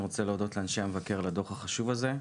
אני רוצה להודות לאנשי המבקר על הדוח החשוב הזה.